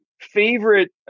favorite